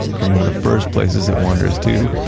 and one of the first places it wanders to,